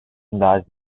large